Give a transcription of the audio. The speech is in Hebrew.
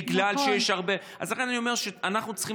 אז אני רוצה